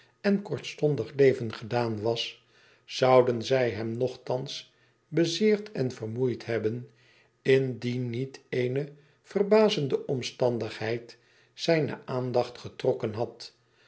en kortstondig leven gedaan was zouden zij hem nogthans bezeerd en vermoeid hebben indien niet eene verbazende omstandigheid zijne aandacht getrokken had